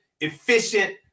efficient